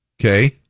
okay